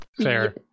Fair